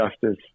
justice